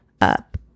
up